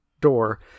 door